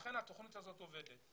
לכן התוכנית הזאת עובדת.